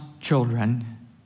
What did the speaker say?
children